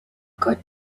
got